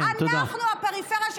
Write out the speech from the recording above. כן, תודה.